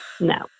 no